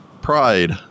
pride